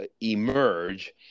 emerge